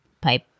pipe